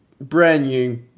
brand-new